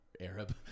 Arab